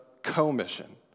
Commission